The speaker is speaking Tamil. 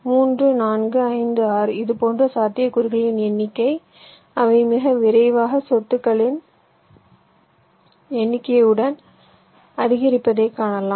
3 4 5 6 இதுபோன்ற சாத்தியக்கூறுகளின் எண்ணிக்கை அவை மிக விரைவாக செங்குத்துகளின் எண்ணிக்கையுடன் அதிகரிப்பதைக் காணலாம்